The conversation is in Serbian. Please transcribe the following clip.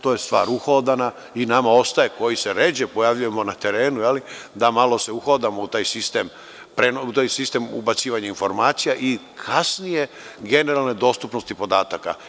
To je stvar uhodana i nama ostaje, koji se ređe pojavljujemo na terenu, da se malo uhodamo u taj sistem ubacivanja informacija i kasnije generalne dostupnosti podataka.